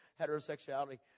heterosexuality